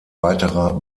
weiterer